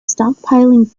stockpiling